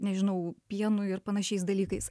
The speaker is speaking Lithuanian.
nežinau pienu ir panašiais dalykais